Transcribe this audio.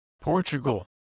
Portugal